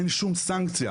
אין שום סנקציה,